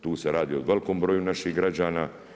Tu se radi o velikom broju naših građana.